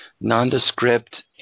nondescript